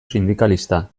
sindikalista